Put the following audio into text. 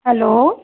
hello